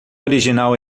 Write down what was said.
original